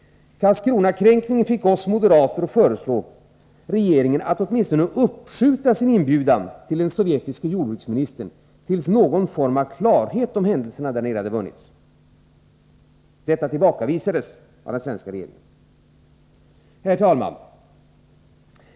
Karlskronakränkningen fick oss moderater att föreslå regeringen att åtminstone uppskjuta sin inbjudan till den sovjetiske jordbruksministern tills någon form av klarhet om händelserna därnere vunnits. Detta tillbakavisades av den svenska regeringen. Herr talman!